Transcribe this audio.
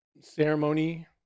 Ceremony